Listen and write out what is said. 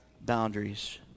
boundaries